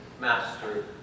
Master